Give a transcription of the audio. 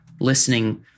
listening